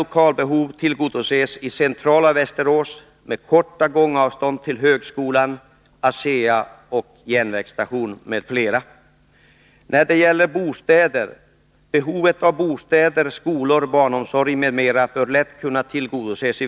Lokalbehovet kan tillgodoses i centrala Västerås med korta gångavstånd till högskolan, ASEA, järnvägsstationen, m.m. Behovet av bostäder, skolor, barnomsorg m.m. bör lätt kunna tillgodoses.